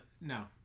no